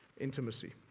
intimacy